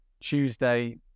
Tuesday